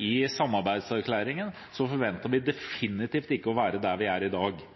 i samarbeidserklæringen, forventet vi definitivt ikke å være der vi er i dag,